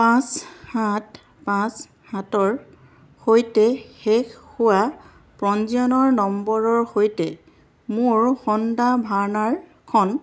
পাঁচ সাত পাঁচ সাতৰ সৈতে শেষ হোৱা পঞ্জীয়নৰ নম্বৰৰ সৈতে মোৰ হুণ্ডাই ভাৰ্নাখন